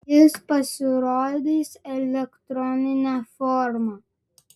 jis pasirodys elektronine forma